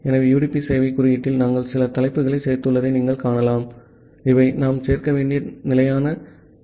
ஆகவே யுடிபி சேவையகக் குறியீட்டில் நாங்கள் சில தலைப்புகளைச் சேர்த்துள்ளதை நீங்கள் காணலாம் இவை நாம் சேர்க்க வேண்டிய நிலையான தலைப்புகள்